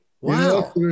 wow